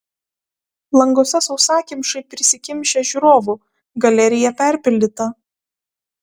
languose sausakimšai prisikimšę žiūrovų galerija perpildyta